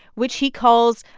which he calls,